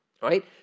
right